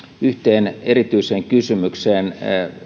yhteen erityiseen kysymykseen